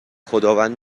خداوند